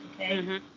Okay